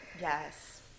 yes